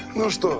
must